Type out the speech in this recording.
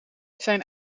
zijn